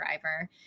driver